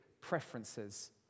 preferences